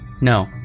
no